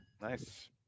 Nice